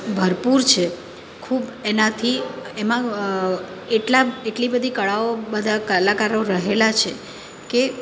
ભરપૂર છે ખૂબ એનાથી એમાં એટલા એટલી બધી કળાઓ બધા કલાકારો રહેલા છે કે